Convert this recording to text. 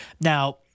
Now